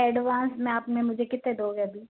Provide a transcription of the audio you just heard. advance में आप में मुझे कितने दोगे अभी